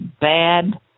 bad